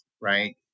right